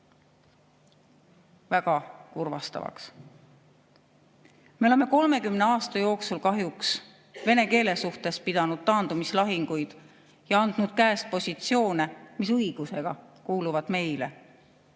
väga kurvastavaks.Me oleme 30 aasta jooksul vene keele suhtes pidanud kahjuks taandumislahinguid ja andnud käest positsioone, mis õigusega peaksid kuuluma meile.